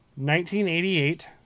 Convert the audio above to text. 1988